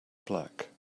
black